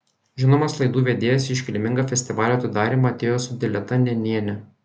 žinomas laidų vedėjas į iškilmingą festivalio atidarymą atėjo su dileta nenėne